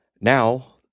now